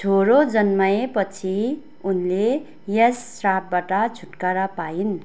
छोरो जन्माएपछि उनले यस श्रापबाट छुटकारा पाइन्